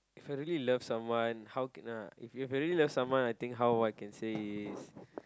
If I really love someone how can I If I really love someone I think how I can say is